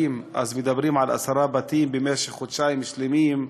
אז מדברים על עשרה בתים במשך חודשיים שלמים.